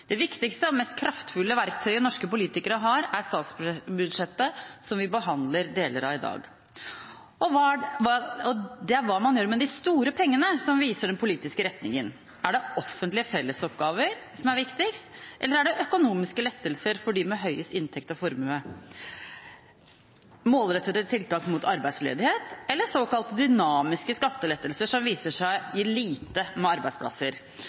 Det viktigste og mest kraftfulle verktøyet norske politikere har, er statsbudsjettet som vi behandler deler av i dag. Det er hva man gjør med de store pengene, som viser den politiske retningen. Er det offentlige fellesoppgaver som er viktigst, eller er det økonomiske lettelser for dem med høyest inntekt og formue? Er det målrettede tiltak mot arbeidsledighet eller såkalte dynamiske skattelettelser, som viser seg å gi lite med arbeidsplasser?